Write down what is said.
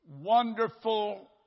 wonderful